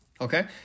okay